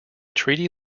treaty